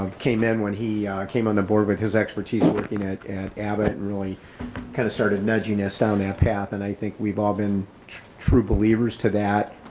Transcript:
um came in when he came on board with his expertise working at at abbott and really kind of started nudging us down that path and i think we've all been true believers. to that